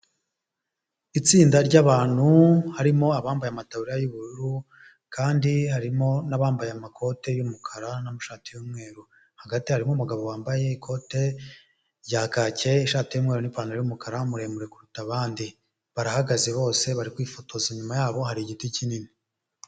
Itsinda ry'abantu harimo abambaye amataburiya y'ubururu kandi harimo n'abambaye amakote y'umukara n'amashati y'umweru, hagati harimo umugabo wambaye ikote rya kake, ishati y'umumweru n'ipantaro y'umukara muremure kuruta abandi, barahagaze bose bari kwifotoza, inyuma yabo hari igiti kinini.